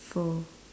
for